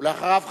ואחריו,